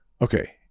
Okay